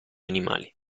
animali